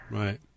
right